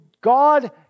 God